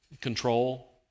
control